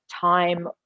time